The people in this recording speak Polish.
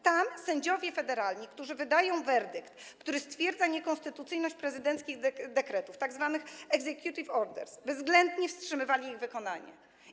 Tam sędziowie federalni, którzy wydają werdykt stwierdzający niekonstytucyjność prezydenckich dekretów, tzw. executive orders, bezwzględnie wstrzymywali ich wykonanie.